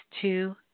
two